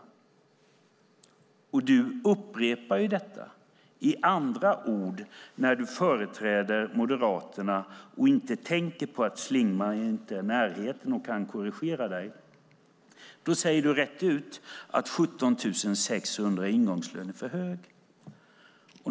Du upprepar ju detta med andra ord när du företräder Moderaterna och inte tänker på att Schlingmann inte är i närheten och kan korrigera dig. Då säger du rätt ut att en ingångslön på 17 600 är för hög.